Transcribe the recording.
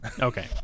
Okay